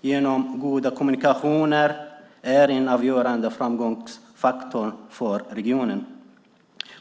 genom goda kommunikationer är en avgörande framgångsfaktor för regionen.